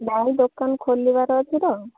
ନାଇଁ ଦୋକାନ ଖୋଲିବାର ଅଛି ତ